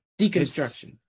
deconstruction